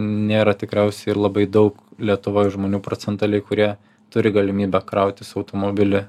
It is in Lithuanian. nėra tikriausiai ir labai daug lietuvoj žmonių procentaliai kurie turi galimybę krautis automobilį